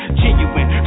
genuine